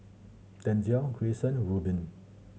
Denzell Greyson Rubin